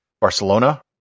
Barcelona